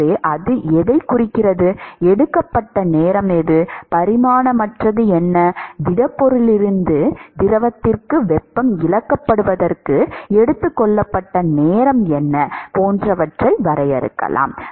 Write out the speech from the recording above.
எனவே அது எதைக் குறிக்கிறது எடுக்கப்பட்ட நேரம் எது பரிமாணமற்றது என்ன திடப்பொருளிலிருந்து திரவத்திற்கு வெப்பம் இழக்கப்படுவதற்கு எடுத்துக் கொள்ளப்பட்ட நேரம் என்ன போன்றவற்றை வரையறுக்கலாம்